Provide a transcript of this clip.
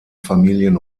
familien